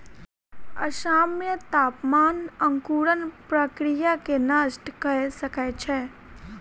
असामन्य तापमान अंकुरण प्रक्रिया के नष्ट कय सकै छै